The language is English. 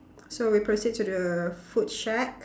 so we proceed to the food shack